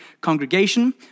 congregation